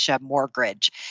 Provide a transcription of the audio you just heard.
mortgage